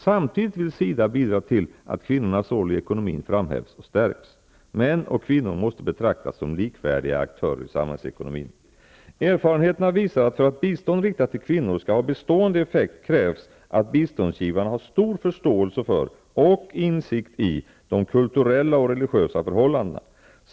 Samtidigt vill SIDA bidra till att kvinnornas roll i ekonomin framhävs och stärks. Män och kvinnor måste betraktas som likvärdiga aktörer i samhällsekonomin. Erfarenheterna visar att för att bistånd riktat till kvinnor skall ha bestående effekt krävs att biståndsgivarna har stor förståelse för och insikt i de kulturella och religiösa förhållandena.